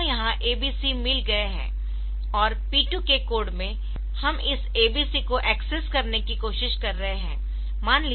तो यह यहाँ abc मिल गए है और P2 के कोड में हम इस abc को एक्सेस करने की कोशिश कर रहे है